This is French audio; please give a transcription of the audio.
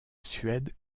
suède